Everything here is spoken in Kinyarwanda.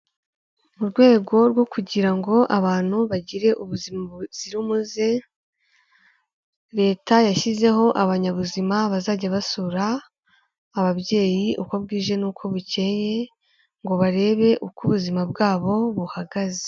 Mu rwego rwo kugira ngo abantu bagire ubuzima buzira umuze leta yashyizeho abanyabuzima bazajya basura ababyeyi uko bwije n'uko bukeye ngo barebe uko ubuzima bwabo buhagaze.